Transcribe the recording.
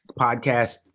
podcast